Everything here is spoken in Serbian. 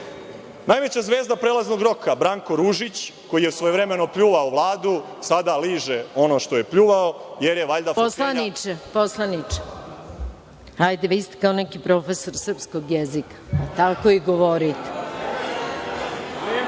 zvezda prelaznog roka Branko Ružić, koji je svojevremeno pljuvao Vladu, sada liže ono što je pljuvao jer je valjda fotelja… **Maja Gojković** Poslaniče, hajde, vi ste kao neki profesor srpskog jezika. Tako i govorite.